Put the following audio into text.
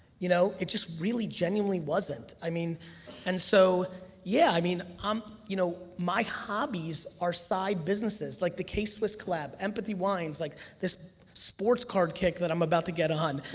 you know it just really genuinely wasn't. i mean and so yeah i mean um you know my hobbies are side businesses. like the case was collab, empathy wines, like this sports card kick that i'm about to get on.